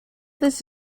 this